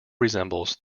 resembles